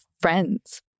friends